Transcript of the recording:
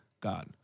God